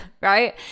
right